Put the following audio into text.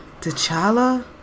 T'Challa